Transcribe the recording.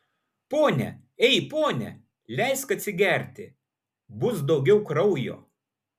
pone ei pone leisk atsigerti bus daugiau kraujo